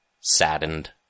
saddened